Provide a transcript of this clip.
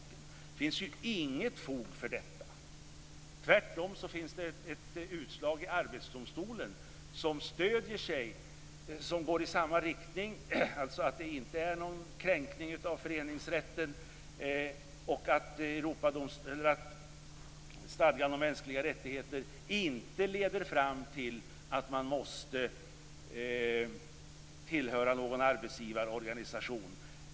Det finns ju inget fog för detta. Tvärtom finns det ett utslag i Arbetsdomstolen som går i samma riktning, dvs. att det inte innebär någon kränkning av föreningsrätten och att stadgarna om mänskliga rättigheter inte leder fram till att man måste tillhöra någon arbetsgivarorganisation.